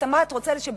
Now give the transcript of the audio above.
שברגע